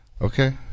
Okay